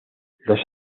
los